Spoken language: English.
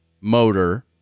motor